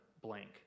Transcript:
blank